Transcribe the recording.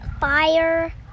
fire